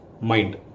mind